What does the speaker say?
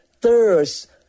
thirst